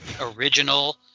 original